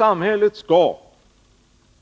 Samhället skall